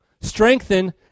strengthen